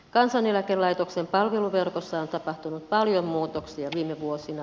kansaneläkelaitoksen palveluverkossa on tapahtunut paljon muutoksia viime vuosina